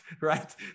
right